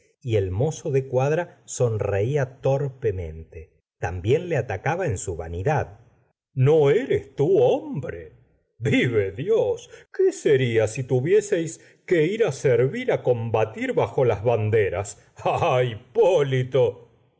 y el mozo de cuadra sonreía torpemente también le atacaba en su vanidad no eres tú hombre vive dios qué sería si tuvieseis que ir servir combatir bajo las banderas ah hipólito